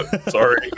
sorry